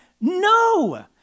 No